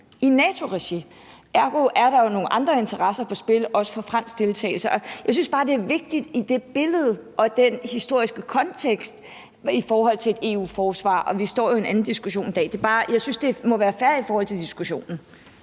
i NATO-regi. Ergo er der jo nogle andre interesser på spil, også for fransk deltagelse. Jeg synes bare, at det er vigtigt i det billede og i den historiske kontekst i forhold til et EU-forsvar. Vi står jo i en anden diskussion i dag. Jeg synes, at det må være fair at sige i diskussionen.